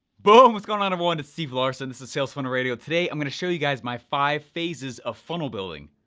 boom! what's going on everyone? ah and it's steve larsen, this is sales funnel radio. today i'm gonna show you guys my five phases of funnel building.